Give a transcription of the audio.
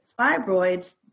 fibroids